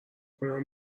کنم